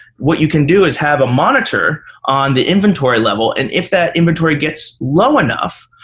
what you can do is have a monitor on the inventory level, and if that inventory gets low enough,